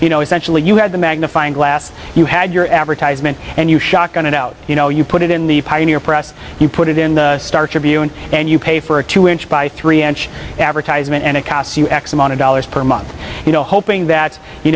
you know essentially you had the magnifying glass you had your advertisement and you shot going to out you know you put it in the pioneer press you put it in the star tribune and you pay for a two inch by three inch advertisement and it costs you x amount of dollars per month you know hoping that you